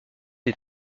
des